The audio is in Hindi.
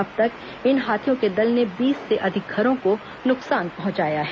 अब तक इन हाथियों के दल ने बीस से अधिक घरों को नुकसान पहुंचाया है